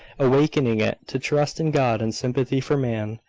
awakening it to trust in god and sympathy for man,